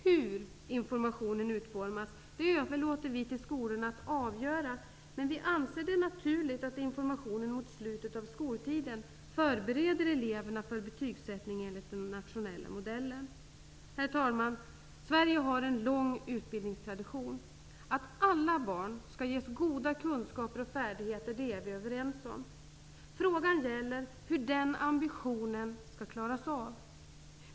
Hur informationen utformas överlåter vi till skolorna att avgöra, men vi anser det naturligt att informationen mot slutet av skoltiden förbereder eleverna för betygssättning enligt den nationella modellen. Herr talman! Sverige har en lång utbildningstradition. Att alla barn skall ges goda kunskaper och färdigheter är vi överens om. Frågan gäller hur den ambitionen skall klaras av.